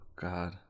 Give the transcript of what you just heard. God